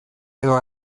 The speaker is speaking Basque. edo